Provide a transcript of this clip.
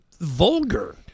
vulgar